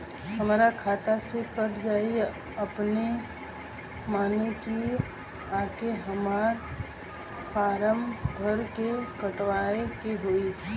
हमरा खाता से कट जायी अपने माने की आके हमरा फारम भर के कटवाए के होई?